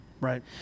Right